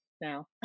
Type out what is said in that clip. now